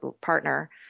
partner